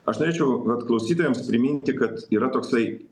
aš norėčiau vat klausytojams priminti kad yra toksai